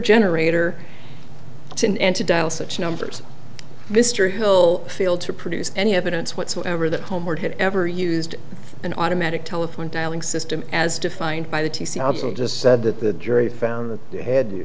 generator to and to dial such numbers mr hill failed to produce any evidence whatsoever that homeward had ever used an automatic telephone dialing system as defined by the t c absolute just said that the jury found the head